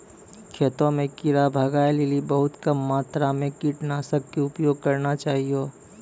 खेतों म कीड़ा भगाय लेली बहुत कम मात्रा मॅ कीटनाशक के उपयोग करना चाहियो